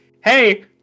Hey